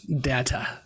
data